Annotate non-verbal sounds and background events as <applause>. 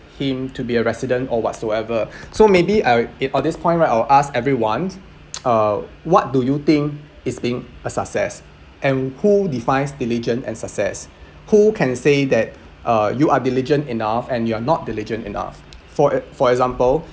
him to be a resident or whatsoever <breath> so maybe I'll it on this point right I'll ask everyone uh what do you think is being a success and who defines diligence and success who can say that uh you are diligent enough and you're not diligent enough for e~ for example